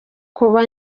kuba